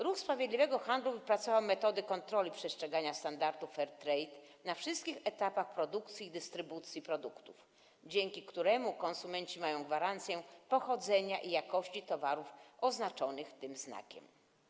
Ruch Sprawiedliwego Handlu wypracował metody kontroli przestrzegania standardów Fairtrade na wszystkich etapach produkcji i dystrybucji produktów, dzięki któremu konsumenci mają gwarancję pochodzenia i jakości towarów oznaczonych tym znakiem.